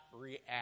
react